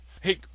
Hey